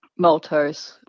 maltose